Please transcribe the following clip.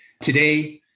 today